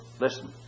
Listen